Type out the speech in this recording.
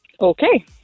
Okay